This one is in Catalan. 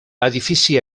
edifici